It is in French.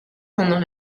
pendant